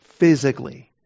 physically